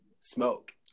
smoke